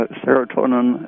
serotonin